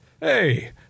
Hey